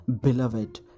beloved